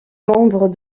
membre